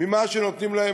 ממה שנותנים להן.